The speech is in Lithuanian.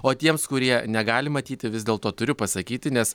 o tiems kurie negali matyti vis dėlto turiu pasakyti nes